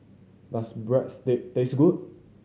does Breadsticks taste good